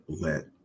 let